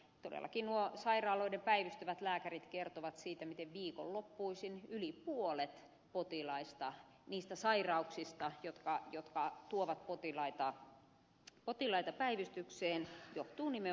todellakin nuo sairaaloiden päivystävät lääkärit kertovat siitä miten viikonloppuisin yli puolet niistä sairauksista jotka tuovat potilaita päivystykseen johtuu nimenomaan alkoholin käytöstä